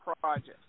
project